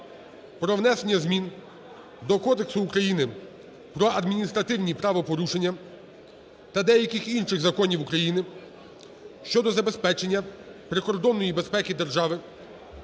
про внесення змін до Кодексу України про адміністративні правопорушення та деяких інших законів України щодо забезпечення прикордонної безпеки держави